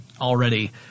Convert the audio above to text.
already